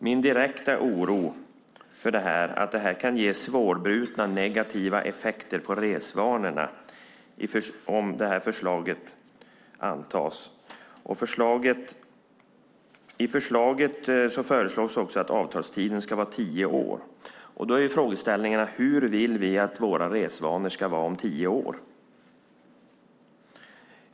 Min direkta oro gäller att det kan ge svårbrutna negativa effekter på resvanorna om det här förslaget antas. I rapporten föreslås också att avtalstiden ska vara tio år. Då är frågan hur vi vill att våra resvanor ska se ut om tio år.